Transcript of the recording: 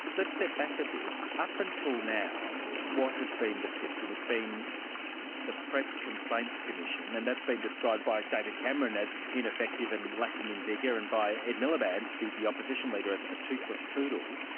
let's step back a bit. up until now, what has been the system? it's been the press complaints commission, and that's been described by david cameron as ineffective and lacking in vigour and by ed miliband the the opposition leader as a toothless poodle.